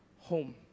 home